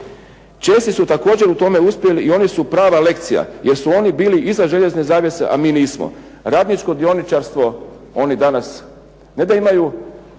Česi su također u tome uspjeli i oni su prava lekcija, jer su oni bili iza željezne zavjese, a mi nismo. Radničko dioničarstvo, oni danas ne da imaju